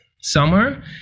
summer